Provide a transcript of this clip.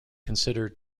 consider